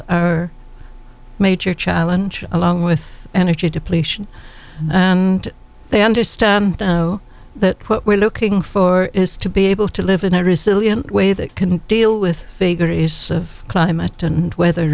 a major challenge along with energy depletion and they understand that what we're looking for is to be able to live in a resilient way that can deal with bigger is of climate and weather